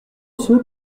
ceux